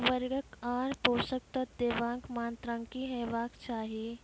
उर्वरक आर पोसक तत्व देवाक मात्राकी हेवाक चाही?